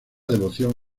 devoción